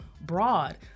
broad